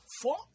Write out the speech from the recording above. four